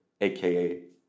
aka